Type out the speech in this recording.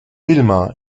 vilma